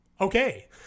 Okay